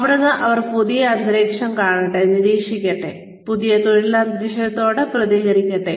അങ്ങനെ അവർ പുതിയ തൊഴിൽ അന്തരീക്ഷം കാണട്ടെ നിരീക്ഷിക്കട്ടെ പുതിയ തൊഴിൽ അന്തരീക്ഷത്തോട് പ്രതികരിക്കട്ടെ